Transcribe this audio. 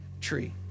tree